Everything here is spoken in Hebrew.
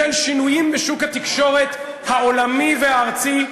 בשל שינויים בשוק התקשורת העולמי והארצי,